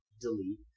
delete